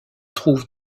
trouve